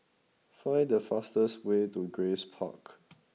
find the fastest way to Grace Park